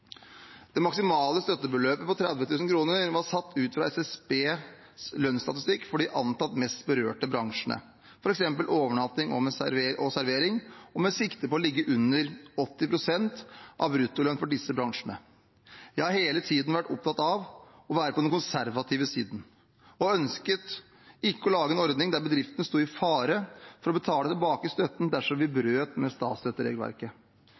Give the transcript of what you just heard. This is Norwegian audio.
Det maksimale støttebeløpet på 30 000 kr var satt ut fra SSBs lønnsstatistikk for de antatt mest berørte bransjene, f.eks. overnatting og servering, og med sikte på å ligge under 80 pst. av bruttolønn for disse bransjene. Jeg har hele tiden vært opptatt av å være på den konservative siden og ønsket ikke å lage en ordning der bedriftene sto i fare for å måtte betale tilbake støtten dersom vi brøt med statsstøtteregelverket.